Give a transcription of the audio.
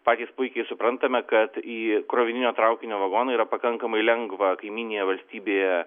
patys puikiai suprantame kad į krovininio traukinio vagoną yra pakankamai lengva kaimyninėje valstybėje